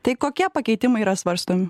tai kokie pakeitimai yra svarstomi